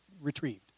retrieved